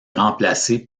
remplacé